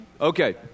Okay